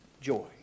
joy